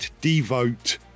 devote